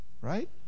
right